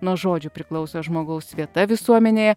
nuo žodžių priklauso žmogaus vieta visuomenėje